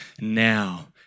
now